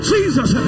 Jesus